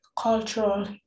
cultural